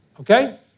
Okay